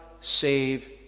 save